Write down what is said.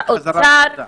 מענק חזרה לעבודה.